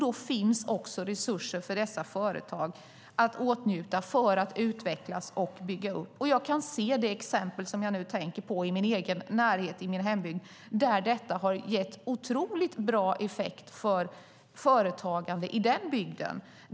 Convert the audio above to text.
Då finns också resurser för dessa företag att åtnjuta för att utvecklas och byggas upp. Jag kan i det exempel som jag nu tänker på i min egen närhet, i min hembygd, se att detta har gett otroligt bra effekt för företagande i den bygden.